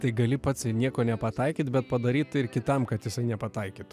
tai gali pats nieko nepataikyt bet padaryt ir kitam kad jisai nepataikytų